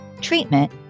Treatment